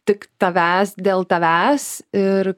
tik tavęs dėl tavęs ir